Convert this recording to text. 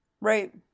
Right